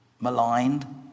maligned